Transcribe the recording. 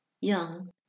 young